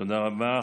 תודה רבה.